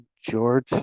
george